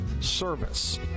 service